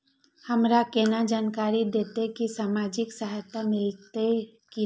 हमरा केना जानकारी देते की सामाजिक सहायता मिलते की ने?